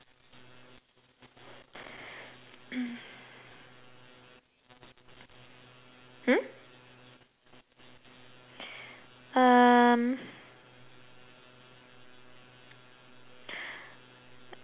mm um